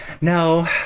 No